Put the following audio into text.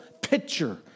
picture